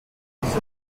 buch